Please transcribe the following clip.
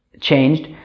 changed